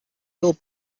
fill